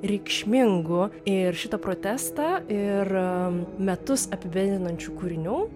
reikšmingų ir šitą protestą ir metus apibendrinančių kūrinių